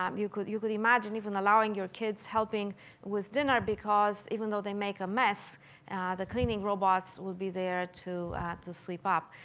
um you could you could imagine even allowing your kids helping with dinner because even though they make a mess the cleaning robots will be there to to sweep up.